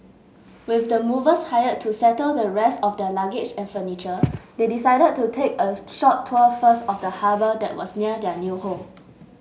with the movers hired to settle the rest of their luggage and furniture they decided to take a short tour first of the harbour that was near their new home